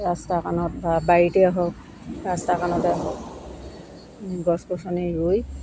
ৰাস্তাৰ কাণত বা বাৰীতে হওক ৰাস্তা কাণতে হওক গছ গছনি ৰুই